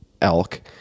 elk